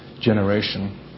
generation